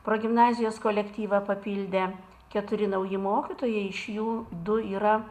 progimnazijos kolektyvą papildė keturi nauji mokytojai iš jų du yra